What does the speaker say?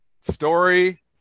story